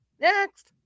Next